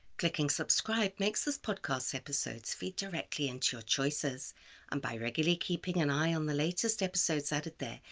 clicking subscribe makes this podcast's episodes feed directly into your choices and by regularly keeping an eye on the latest episodes added there,